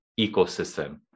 ecosystem